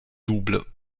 double